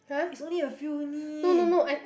it's only a few only